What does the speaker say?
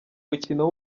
mukino